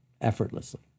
effortlessly